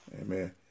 Amen